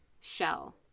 shell